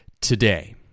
today